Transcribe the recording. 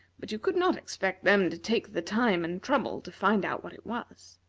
but you could not expect them to take the time and trouble to find out what it was.